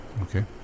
Okay